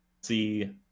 see